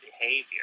behavior